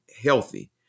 healthy